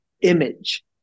image